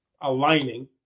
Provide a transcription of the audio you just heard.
aligning